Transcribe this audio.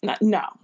no